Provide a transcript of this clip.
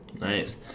nice